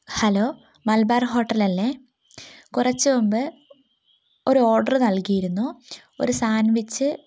hello Malabar hotel അല്ലെ കുറച്ച് മുൻപ് ഒരു ഓർഡർ നൽകിയിരുന്നു ഒരു സാന്റ്വിച്ച്